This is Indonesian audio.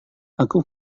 aku